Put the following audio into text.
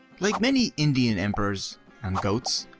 like many indian emperors and goats,